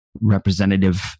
representative